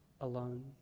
alone